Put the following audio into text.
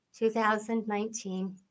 2019